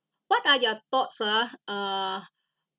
what are your thoughts ah uh